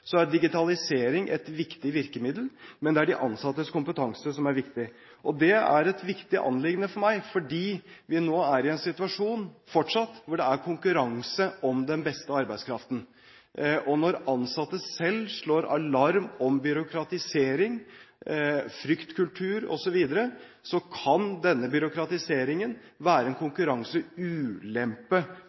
Så er digitalisering et viktig virkemiddel, men det er de ansattes kompetanse som er viktig. Det er et viktig anliggende for meg fordi vi nå fortsatt er i en situasjon hvor det er konkurranse om den beste arbeidskraften. Og når ansatte selv slår alarm om byråkratisering, fryktkultur osv., kan denne byråkratiseringen være en konkurranseulempe